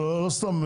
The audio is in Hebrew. לא סתם,